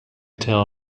tell